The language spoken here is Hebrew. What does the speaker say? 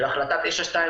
של החלטה 923,